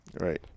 right